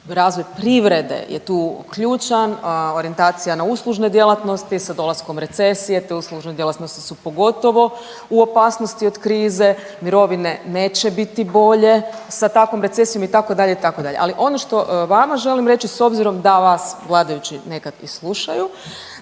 razvoj privrede je tu ključan, orijentacija na uslužne djelatnosti sa dolaskom recesije. Te uslužne djelatnosti su pogotovo u opasnosti od krize. Mirovine neće biti bolje sa takvom recesijom itd. itd. Ali ono što vama želim reći s obzirom da vas vladajući nekad i slušaju,